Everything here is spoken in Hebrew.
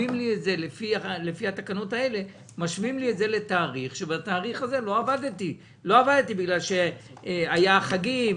על פי התקנות האלה משווים את זה לתאריך שבו לא עבדתי כי היו חגים,